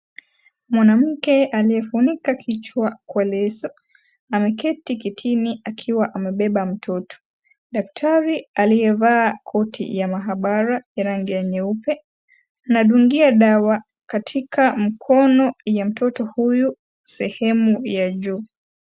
Mwanamke aliyefunika kichwa kwa leso ameketi kitini akiwa amebeba mtoto. Daktari aliyevaa koti ya maabara ya rangi ya nyeupe anadungia dawa katika mkono ya mtoto huyu sehemu ya juu.